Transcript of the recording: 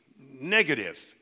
negative